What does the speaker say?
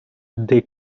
they